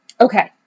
Okay